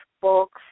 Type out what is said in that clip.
books